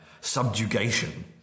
Subjugation